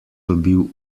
dobil